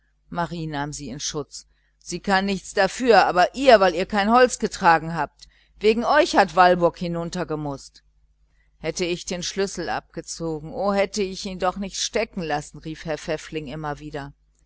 marie nahm sie in schutz sie kann nichts dafür aber ihr weil ihr kein holz getragen habt wegen euch hat walburg hinunter gemußt hätte ich den schlüssel abgezogen o hätte ich ihn doch nicht stecken lassen rief herr pfäffling immer wieder